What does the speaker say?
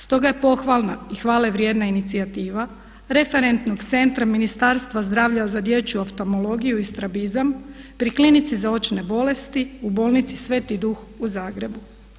Stoga je pohvalna i hvale vrijedna inicijativa referentnog centra Ministarstva zdravlja za dječju oftalmologiju i strabizam pri klinici za očne bolnice u bolnici Sveti Duh u Zagrebu.